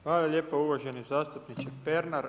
Hvala lijepo uvaženi zastupniče Pernar.